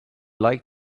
like